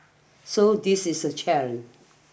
so this is a challenge